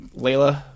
layla